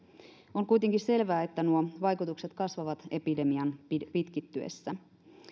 on kuitenkin selvää että nuo vaikutukset kasvavat epidemian pitkittyessä